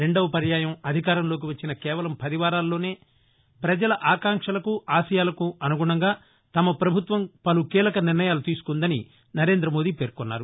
రెండవ పర్యాయం అధికారంలోకి వచ్చిన కేవలం పది వారాల్లోనే ప్రజల ఆకాంక్షలకు ఆశయాలకు అనుగుణంగా తమ పభుత్వం పలు కీలక నిర్ణయాలు తీసుకుందని నరేంద్రమోదీ పేర్కొన్నారు